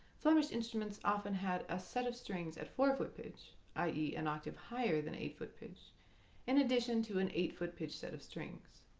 flemish instruments often had a set of strings at four-foot pitch i e an octave higher than eight-foot pitch in addition to an eight-foot pitch set of strings.